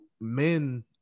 men